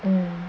mmhmm